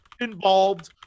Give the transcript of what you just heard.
involved